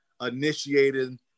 initiated